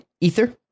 Ether